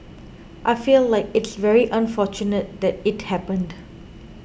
I feel like it's very unfortunate that it happened